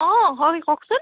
অঁ হয় কওকচোন